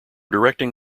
directing